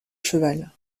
cheval